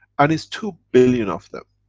and it's two billion of them.